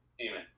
Amen